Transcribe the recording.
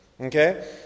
Okay